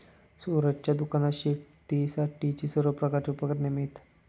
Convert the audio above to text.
सूरजच्या दुकानात शेतीसाठीची सर्व प्रकारची उपकरणे मिळतात